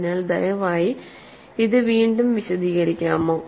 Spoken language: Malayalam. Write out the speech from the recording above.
അതിനാൽ ദയവായി ഇത് വീണ്ടും വിശദീകരിക്കാമോ